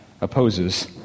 opposes